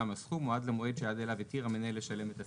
הסכום או עד למועד שעד אליו התיר המנהל לשלם את הסכום,